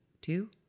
two